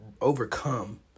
overcome